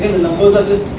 the numbers are just